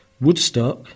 Woodstock